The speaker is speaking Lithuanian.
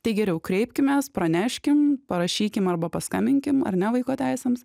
tai geriau kreipkimės praneškim parašykim arba paskambinkim ar ne vaiko teisėms